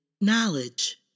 knowledge